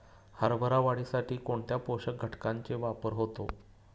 हरभरा वाढीसाठी कोणत्या पोषक घटकांचे वापर होतो?